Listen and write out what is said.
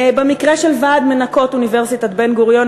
במקרה של ועד מנקות אוניברסיטת בן-גוריון,